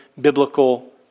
biblical